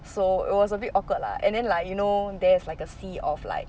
so it was a bit awkward lah and then like you know there's like a sea of like